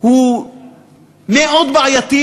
הוא מאוד בעייתי,